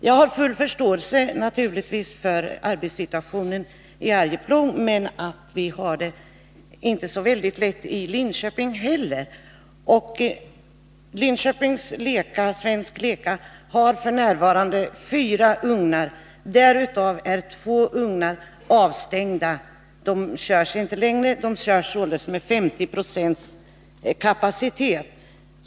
Jag har naturligtvis förståelse för arbetsmarknadssituationen i Arjeplog, men vi har det inte så väldigt lätt i Linköping heller. AB Svensk Leca i Linköping har f. n. fyra ugnar, varav två är avstängda — de körs inte längre. Företaget arbetar således med 50 96 kapacitet.